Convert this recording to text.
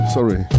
Sorry